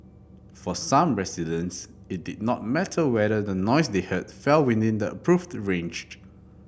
for some residents it did not matter whether the noise they heard fell within the approved ranged